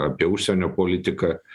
apie užsienio politiką